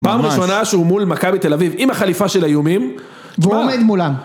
פעם ראשונה שהוא מול מכבי תל אביב עם החליפה של איומים. והוא עומד מולם.